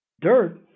dirt